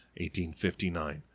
1859